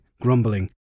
grumbling